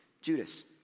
Judas